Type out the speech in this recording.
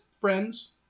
friends